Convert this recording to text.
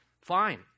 fine